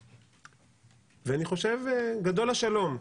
אני חושב גדול השלום.